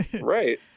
Right